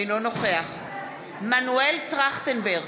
אינו נוכח מנואל טרכטנברג,